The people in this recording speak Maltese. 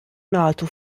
nagħtu